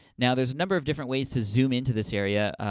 now, there's a number of different ways to zoom in to this area.